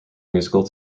musical